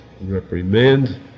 reprimand